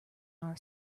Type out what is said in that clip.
our